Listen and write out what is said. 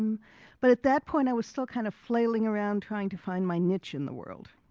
um but at that point, i was still kind of flailing around trying to find my niche in the world.